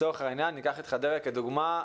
ניקח את חדרה לדוגמה.